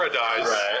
paradise